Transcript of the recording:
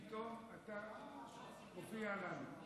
פתאום אתה מופיע לנו.